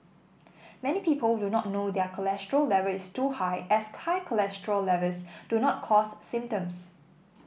many people do not know their cholesterol level is too high as high cholesterol levels do not cause symptoms